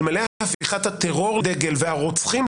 אלמלא הפיכת הטרור -- והרוצחים,